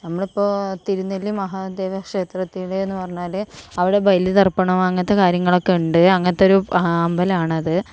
നമ്മളിപ്പോൾ തിരുനെല്ലി മഹാദേവ ക്ഷേത്രത്തിൽ എന്ന് പറഞ്ഞാൽ അവിടെ ബലി ദർപ്പണം അങ്ങനത്തെ കാര്യങ്ങളൊക്കെ ഉണ്ട് അങ്ങനത്തെ ഒരു അമ്പലമാണത്